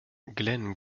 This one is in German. glenn